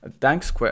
Thanks